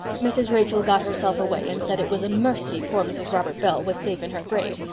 mrs. rachel got herself away and said it was a mercy poor mrs. robert bell was safe in her grave,